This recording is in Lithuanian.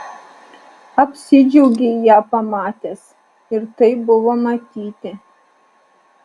apsidžiaugei ją pamatęs ir tai buvo matyti